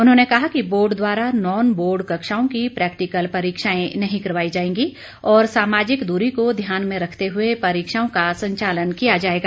उन्होंने कहा कि बोर्ड द्वारा नॉन बोर्ड कक्षाओं की प्रैक्टिकल परीक्षाएं नहीं करवाई जाएंगी और सामाजिक दूरी को ध्यान में रखते हुए परीक्षाओं का संचालन किया जाएगा